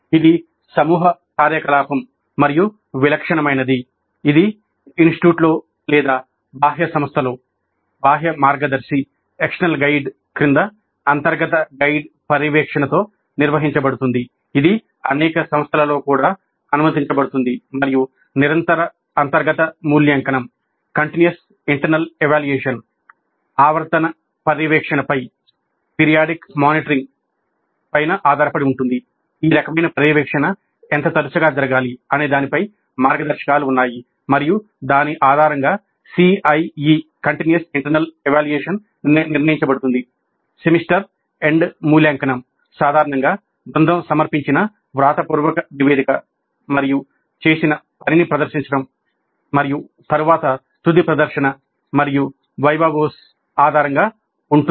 ఇది సమూహ కార్యకలాపం మరియు విలక్షణమైనది ఇది ఇన్స్టిట్యూట్లో లేదా బాహ్య సంస్థలో బాహ్య మార్గదర్శి ఆధారంగా ఉంటుంది